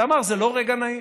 הוא אמר: זה לא רגע נעים,